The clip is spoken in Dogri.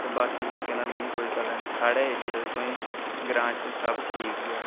ते बाकी लोकें दा मीं कोई पता निं साढ़ा एरिया तुसें ई ग्रांऽ च सब ठीक गै